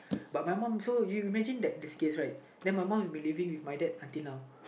but my mum so you imagine that this case right that my mum will be living with my dad until now